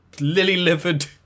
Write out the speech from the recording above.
lily-livered